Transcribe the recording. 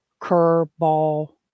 curveball